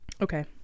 okay